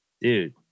dude